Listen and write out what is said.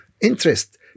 interest